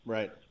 Right